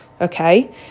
Okay